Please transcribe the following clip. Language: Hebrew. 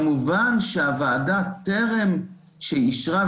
כמובן שטרם שהוועדה אישרה,